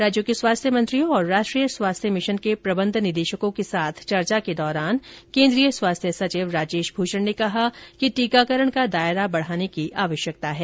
राज्यों के स्वास्थ्य मंत्रियों और राष्ट्रीय स्वास्थ्य मिशन के प्रबंध निदेशकों के साथ चर्चा के दौरान केन्द्रीय स्वास्थ्य सचिव राजेश भूषण ने कहा कि टीकाकरण का दायरा बढ़ाने की आवश्यकता है